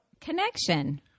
Connection